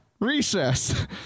recess